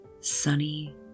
sunny